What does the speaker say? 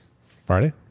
Friday